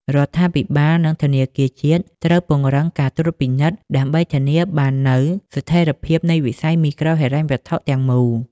រដ្ឋាភិបាល និងធនាគារជាតិត្រូវពង្រឹងការត្រួតពិនិត្យ ដើម្បីធានាបាននូវស្ថិរភាពនៃវិស័យមីក្រូហិរញ្ញវត្ថុទាំងមូល។